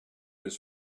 his